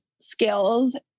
skills